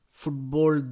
football